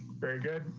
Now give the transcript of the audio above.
very good.